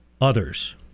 others